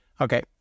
Okay